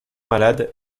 malade